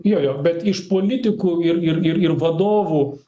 jo jo bet iš politikų ir ir ir vadovų